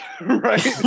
Right